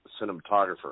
cinematographer